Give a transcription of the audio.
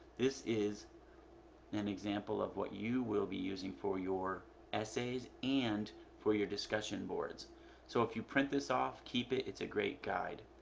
this is an example of what you will be using for your essays and for your discussion boards so, if you print this off, keep it it's a great guide.